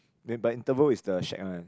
then by interval is the shack one